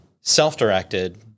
self-directed